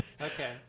Okay